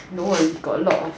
no worrires got a lot of